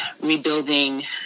rebuilding